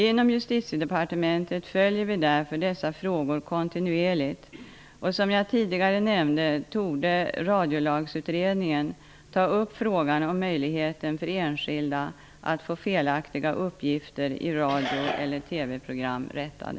Inom Justitiedepartementet följer vi därför dessa frågor kontinuerligt, och som jag tidigare nämnde, torde Radiolagsutredningen ta upp frågan om möjligheten för enskilda att få felaktiga uppgifter i radio eller TV-program rättade.